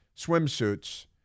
swimsuits